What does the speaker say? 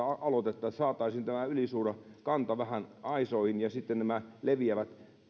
että saataisiin tämä ylisuuri kanta vähän aisoihin ja sitten nämä leviävät